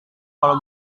kalau